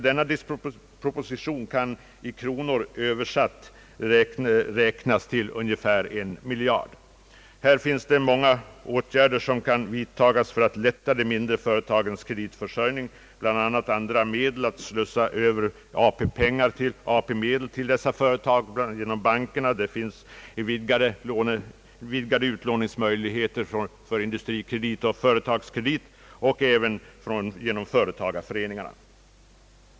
Denna disproportion kan uttryckt i kronor beräknas till ungefär en miljard. Här kan många åtgärder vidtagas för att lätta de mindre företagens kreditförsörjning, bland annat vidgade möjligheter för bankerna att slussa över AP-pengar, ökad utlåningsvolym för AB Industrikredit och AB Företagskredit, liksom även för företagareföreningarna.